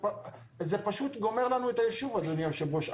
זה פשוט גומר לנו את היישוב אדוני היושב ראש.